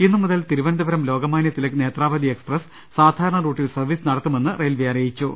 ഇന്ന് മുതൽ തിരുവനന്തപുരം ലോകമാനൃ തിലക് നേത്രാവതി എക്സ്പ്രസ് സാധാരണ റൂട്ടിൽ സർവ്വീസ് നടത്തുമെന്ന് റെയിൽവെ അറിയിച്ചു